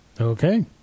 Okay